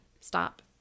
stop